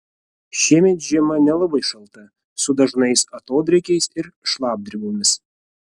šiemet žiema nelabai šalta su dažnais atodrėkiais ir šlapdribomis